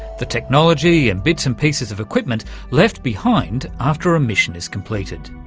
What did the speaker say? the technology and bits and pieces of equipment left behind after a mission is completed.